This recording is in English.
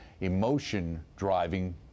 emotion-driving